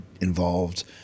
involved